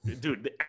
dude